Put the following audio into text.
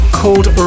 called